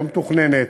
לא מתוכננת,